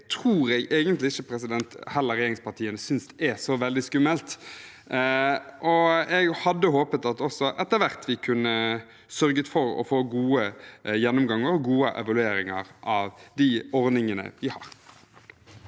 Det tror jeg egentlig ikke regjeringspartiene heller synes er så veldig skummelt. Jeg hadde håpet at vi også etter hvert kunne sørge for å få gode gjennomganger og gode evalueringer av de ordningene vi har.